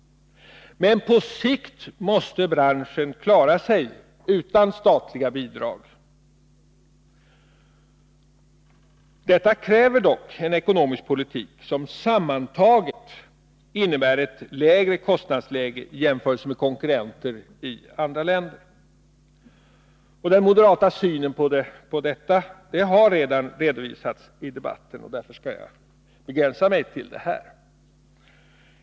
Men på sikt måste branschen klara sig utan statliga bidrag. Detta kräver dock en ekonomisk politik som sammantaget innebär ett lägre kostnadsläge här hemma än för konkurrenter i andra länder. Den moderata synen på detta har redan redovisats i debatten, och därför skall jag begränsa mig till vad jag nu sagt.